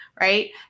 right